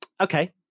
Okay